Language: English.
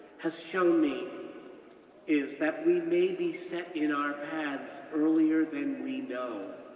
has shown me is that we may be set in our paths earlier than we know,